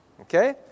Okay